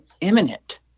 imminent